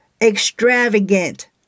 extravagant